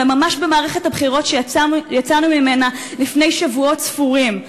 אלא ממש במערכת הבחירות שיצאנו ממנה לפני שבועות ספורים,